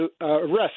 arrest